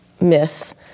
myth